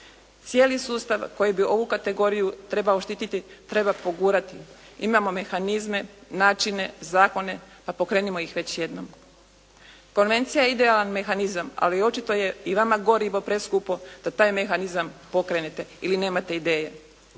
Cijeli sustav koji bi ovu kategoriju trebao štititi treba pogurati. Imamo mehanizme, načine, zakone, pa pokrenimo ih već jednom. Konvencija ide, ali mehanizam, ali očito je i vama gorivo preskupo da taj mehanizam pokrenete ili nemate ideje.